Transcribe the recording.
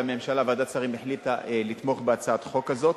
והממשלה בוועדת השרים החליטה לתמוך בהצעת החוק הזאת,